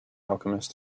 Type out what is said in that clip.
alchemist